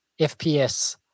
FPS